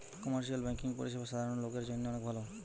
commercial banking পরিষেবা সাধারণ লোকের জন্য অনেক ভালো